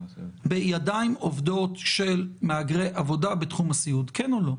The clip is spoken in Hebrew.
בידיים עובדות של מהגרי עבודה בתחום הסיעוד כן או לא?